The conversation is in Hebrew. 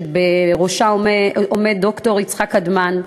שבראשה עומד ד"ר יצחק קדמן,